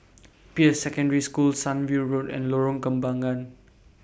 Peirce Secondary School Sunview Road and Lorong Kembangan